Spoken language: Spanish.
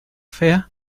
fea